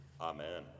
Amen